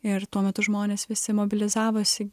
ir tuo metu žmonės visi mobilizavosi